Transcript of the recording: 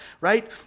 Right